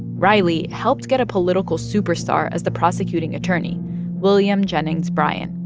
riley helped get a political superstar as the prosecuting attorney william jennings bryan,